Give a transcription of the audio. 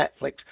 Netflix